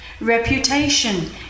Reputation